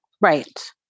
Right